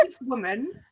woman